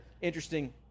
interesting